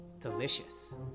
delicious